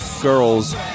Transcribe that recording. girls